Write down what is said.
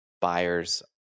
buyers